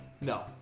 No